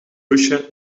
hoesje